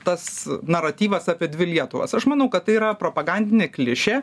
tas naratyvas apie dvi lietuvas aš manau kad tai yra propagandinė klišė